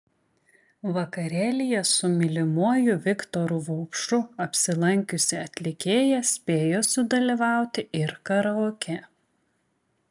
vakarėlyje su mylimuoju viktoru vaupšu apsilankiusi atlikėja spėjo sudalyvauti ir karaoke